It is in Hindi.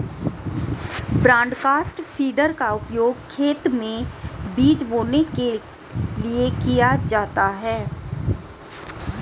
ब्रॉडकास्ट फीडर का उपयोग खेत में बीज बोने के लिए किया जाता है